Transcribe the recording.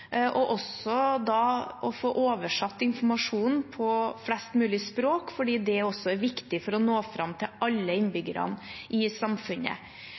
og også å få oversatt informasjonen til flest mulig språk, for det er viktig for å nå fram til alle innbyggerne i samfunnet.